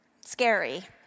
Scary